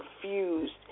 confused